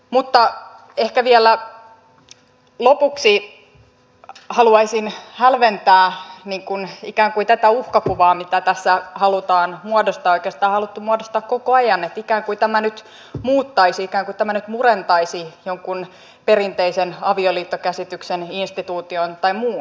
mutta ehkä vielä lopuksi haluaisin hälventää ikään kuin tätä uhkakuvaa mitä tässä halutaan muodostaa oikeastaan on haluttu muodostaa koko ajan että ikään kuin tämä nyt muuttaisi ikään kuin tämä nyt murentaisi jonkun perinteisen avioliittokäsityksen instituution tai muun